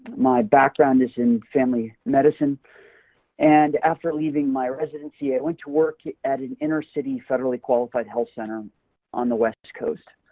my background is in family medicine and after leaving my residency i went to work at an inner city, federally qualified health center on the west coast.